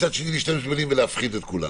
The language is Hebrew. מצד שני להשתמש במילים ולהפחיד את כולנו.